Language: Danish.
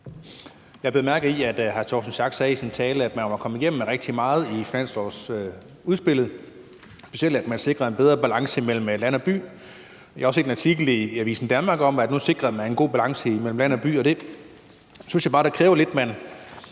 Jeg bed mærke i, at hr. Torsten Schack Pedersen i sin tale sagde, at man var kommet igennem med rigtig meget i finanslovsudspillet, specielt at man sikrer en bedre balance mellem land og by. Jeg har også set en artikel i Avisen Danmark om, at man nu sikrer en god balance mellem land og by. Der synes jeg bare, det lidt kræver, at man